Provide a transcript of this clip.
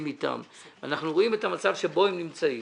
אתם ואנחנו רואים את המצב שבו הם נמצאים.